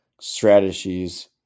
strategies